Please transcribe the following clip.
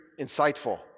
insightful